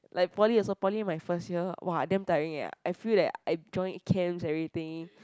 like poly also poly my first year !wah! damn tiring ah I feel that I joined camps everything